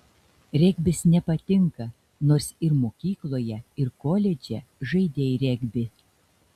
regbis nepatinka nors ir mokykloje ir koledže žaidei regbį